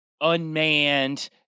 unmanned